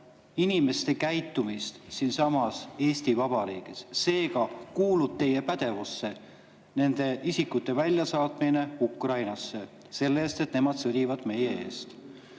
inimeste käitumist siinsamas Eesti Vabariigis. Seega kuulub teie pädevusse nende isikute väljasaatmine Ukrainasse, sest nemad sõdivad meie eest.